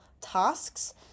tasks